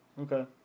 Okay